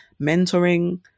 mentoring